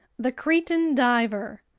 the cretan diver,